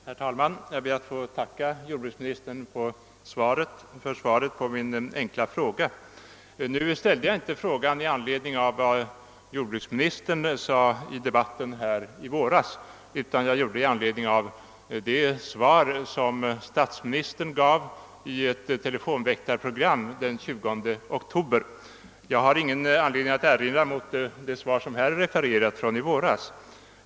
Herr talman! Jag ber att få tacka jordbruksministern för svaret på min enkla fråga. Nu framställde jag emellertid inte frågan i anledning av vad jordbruksministern sade vid debatten i våras, utan med anledning av det svar som statsministern gav i ett telefonväktarprogram den 20 oktober. Jag har ingen anledning att göra några erinringar mot det uttalande i våras, som jordbruksministern refererade till.